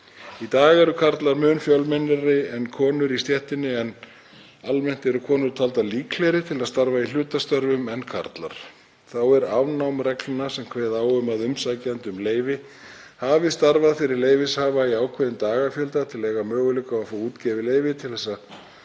Í dag eru karlar mun fjölmennari en konur í stéttinni en almennt eru konur taldar líklegri til að starfa í hlutastörfum en karlar. Þá er afnám reglna sem kveða á um að umsækjandi um leyfi hafi starfað fyrir leyfishafa í ákveðinn dagafjölda til að eiga möguleika á að fá útgefið leyfi til þess